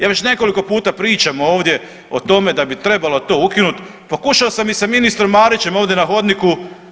Ja već nekoliko puta pričam ovdje o tome da bi trebalo to ukinuti, pokušao sam i sa ministrom Marićem ovdje na hodniku.